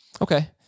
Okay